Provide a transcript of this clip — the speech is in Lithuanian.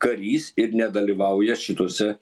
karys ir nedalyvauja šituose